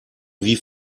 wie